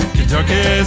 Kentucky